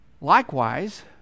Likewise